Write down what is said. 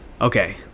okay